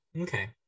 Okay